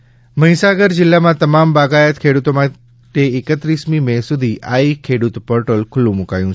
ખેડૂત પોર્ટલ મહિસાગર જિલ્લામાં તમામ બાગાયત ખેડૂતો માટે એકત્રીસમી મે સુધી આઈ ખેડૂત પોર્ટલ ખૂલ્લું મૂકાયું